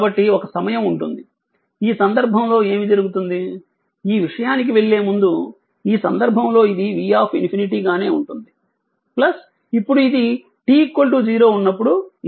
కాబట్టి ఒక సమయం ఉంటుంది ఈ సందర్భంలో ఏమి జరుగుతుంది ఈ విషయానికి వెళ్ళే ముందు ఈ సందర్భంలో ఇది v∞ గానే ఉంటుంది ఇప్పుడు ఇది t 0 ఉన్నప్పుడు ఇది ఉంది